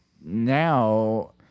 now